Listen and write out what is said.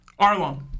Arlong